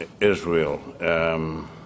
Israel